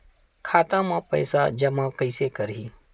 खाता म पईसा जमा कइसे करही?